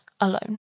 alone